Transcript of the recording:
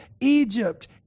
egypt